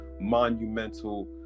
monumental